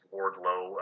Wardlow